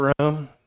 room